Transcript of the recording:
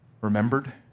remembered